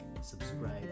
subscribe